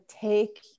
take